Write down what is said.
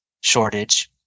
shortage